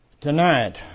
tonight